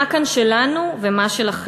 מה כאן שלנו / ומה שלכם.